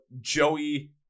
Joey